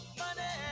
money